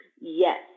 Yes